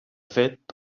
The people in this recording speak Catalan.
fet